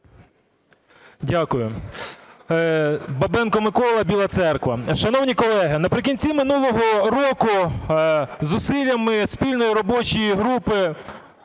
Дякую. Бабенко Микола, Біла Церква. Шановні колеги, наприкінці минулого року зусиллями спільної робочої групи